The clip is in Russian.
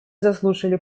заслушали